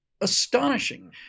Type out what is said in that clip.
astonishing